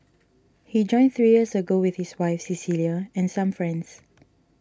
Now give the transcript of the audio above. he joined three years ago with his wife Cecilia and some friends